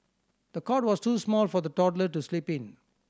the cot was too small for the toddler to sleep in